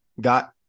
got